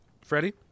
Freddie